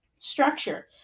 structure